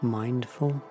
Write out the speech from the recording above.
mindful